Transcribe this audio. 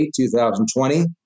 2020